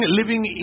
living